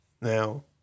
Now